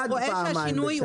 עד פעמיים בשנה.